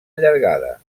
llargada